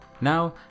Now